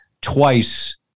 twice